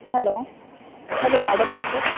hello hello modern bakers